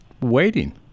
waiting